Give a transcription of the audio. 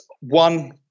One